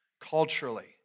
Culturally